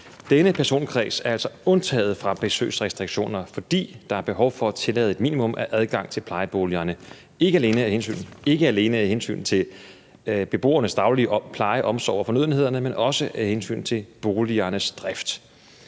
Denne personkreds er altså undtaget fra besøgsrestriktionerne, fordi der er behov for at tillade et minimum af adgang til plejeboligerne, ikke alene af hensyn til beboernes daglige pleje, omsorg og fornødenheder, men også af hensyn til boligernes drift.